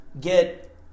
get